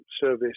service